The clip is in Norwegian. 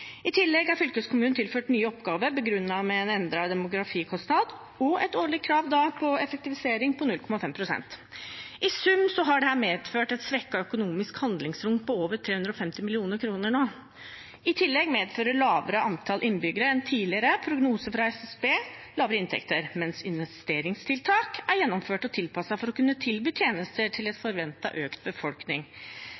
I tillegg er fylkeskommunen tilført nye oppgaver begrunnet i en endret demografikostnad og et årlig krav til effektivisering på 0,5 pst. I sum har dette nå medført et svekket økonomisk handlingsrom på over 350 mill. kr. I tillegg medfører et lavere antall innbyggere enn tidligere prognoser fra SSB viste, lavere inntekter, mens investeringstiltak er gjennomført og tilpasset for å kunne tilby tjenester til